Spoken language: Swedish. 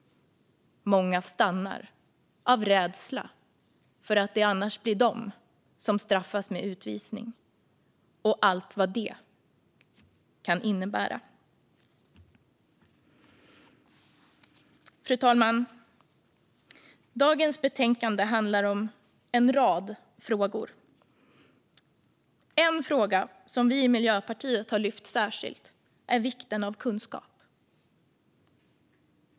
Många stannar av rädsla för att det annars blir de själva som straffas med utvisning med allt vad det kan innebära. Fru talman! Betänkandet handlar om en rad frågor. En fråga som vi i Miljöpartiet har lyft särskilt är vikten av kunskap.